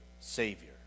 savior